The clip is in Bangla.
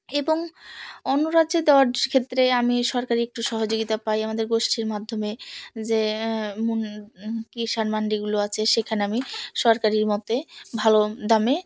এবং অন্য রাজ্যে দেওয়ার ক্ষেত্রে আমি সরকারি একটু সহযোগিতা পাই আমাদের গোষ্ঠীর মাধ্যমে যে কিষাণ মান্ডিগুলো আছে সেখানে আমি সরকারি মতে ভালো দামে